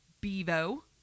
bevo